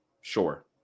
sure